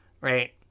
Right